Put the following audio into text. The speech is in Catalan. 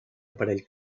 aparell